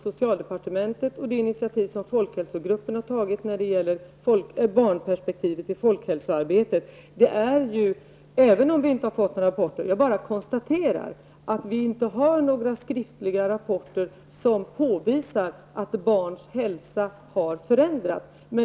Socialdepartementet har tagit initiativ, och folkhälsogruppen har tagit initiativ när det gäller barnperspektivet i folkhälsoarbetet. Jag bara konstaterade att vi inte har fått några skriftliga rapporter som påvisar att barns hälsa har förändrats.